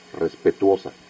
respetuosa